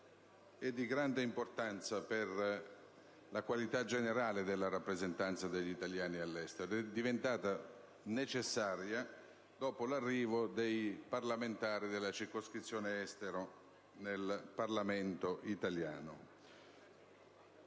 è di grande importanza per la qualità generale della rappresentanza degli italiani all'estero, diventata necessaria dopo l'arrivo dei parlamentari della circoscrizione Estero nel Parlamento italiano.